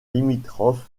limitrophe